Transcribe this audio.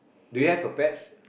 do you have a pets